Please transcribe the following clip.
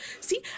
See